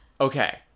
Okay